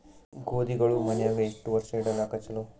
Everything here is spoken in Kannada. ಗೋಧಿಗಳು ಮನ್ಯಾಗ ಎಷ್ಟು ವರ್ಷ ಇಡಲಾಕ ಚಲೋ?